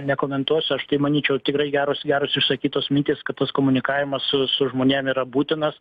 nekomentuosiu aš tai manyčiau tikrai geros geros išsakytos mintys kad tas komunikavimas su su žmonėm yra būtinas